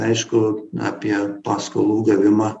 aišku apie paskolų gavimą